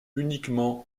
uniquement